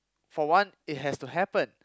for one it has to happen